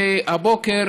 שהבוקר